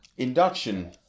Induction